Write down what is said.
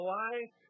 life